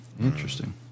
Interesting